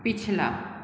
पिछला